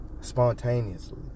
Spontaneously